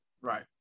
Right